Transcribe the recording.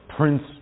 Prince